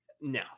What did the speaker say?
No